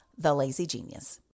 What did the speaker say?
TheLazyGenius